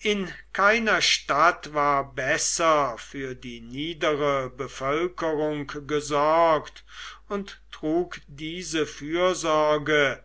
in keiner stadt war besser für die niedere bevölkerung gesorgt und trug diese fürsorge